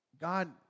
God